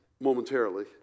momentarily